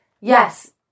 yes